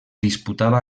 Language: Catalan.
disputava